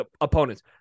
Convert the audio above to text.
opponents